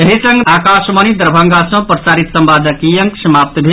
एहि संग आकाशवाणी दरभंगा सँ प्रसारित संवादक ई अंक समाप्त भेल